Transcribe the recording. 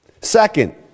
Second